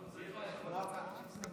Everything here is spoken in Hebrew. כאילו אנחנו בדקה ה-90,